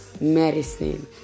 medicine